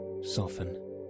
soften